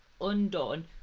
undone